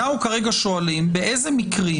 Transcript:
אנחנו כרגע שואלים באיזה מקרים